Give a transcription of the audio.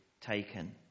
taken